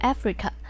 Africa 》 ，